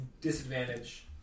disadvantage